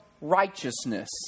righteousness